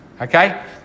okay